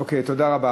אוקיי, תודה רבה.